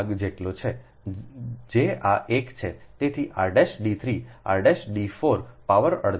તેથી r d 3 rd 4 power અડધા સંપૂર્ણ પાવરથી ત્રીજા